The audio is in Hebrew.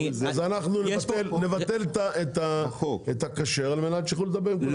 אז נבטל את הכשר על מנת שיוכלו לדבר עם כולם,